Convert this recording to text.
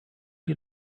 die